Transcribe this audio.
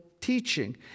teaching